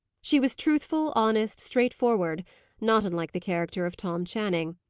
she was truthful, honest, straightforward not unlike the character of tom channing.